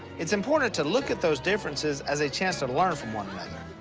it's important to look at those differences as a chance to learn from one another.